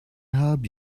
help